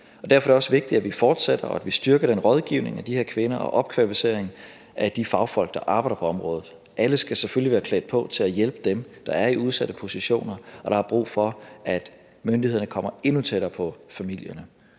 Derfor er det også vigtigt, at vi fortsætter og styrker den rådgivning af de her kvinder og opkvalificeringen af de fagfolk, der arbejder på området. Alle skal selvfølgelig være klædt på til at hjælpe dem, der er i udsatte positioner, og der er brug for, at myndighederne kommer endnu tættere på familierne.